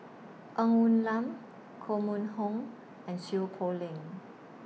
Ng Woon Lam Koh Mun Hong and Seow Poh Leng